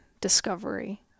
discovery